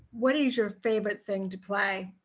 what is your favorite thing to play,